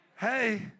Hey